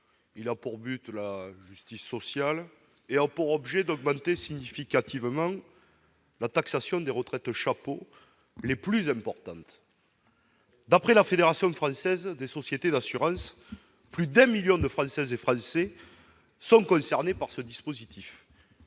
a pour finalité la justice sociale et pour objet une augmentation significative de la taxation des retraites chapeau les plus importantes. D'après la Fédération française des sociétés d'assurance, plus d'un million de Françaises et de Français sont concernés par ce dispositif.